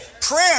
Prayer